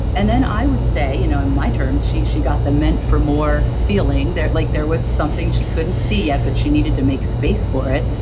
and then i would say you know in my terms, she she got the meant for more feeling like there was something she couldn't see yet, but she needed to make space for it.